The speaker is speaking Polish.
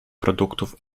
produktów